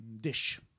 Dish